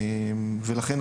לכן,